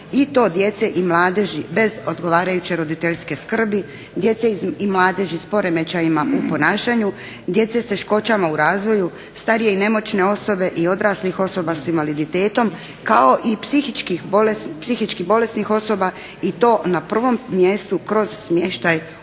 i to djece i mladeži bez odgovarajuće roditeljske skrbi, djece i mladeži s poremećajima u ponašanju, djece s teškoćama u razvoju, starije i nemoćne osobe i odraslih osoba s invaliditetom, kao i psihički bolesnih osoba i to na prvom mjestu kroz smještaj u